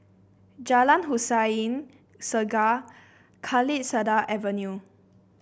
Jalan Hussein Segar Kalisada Avenue